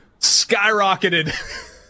skyrocketed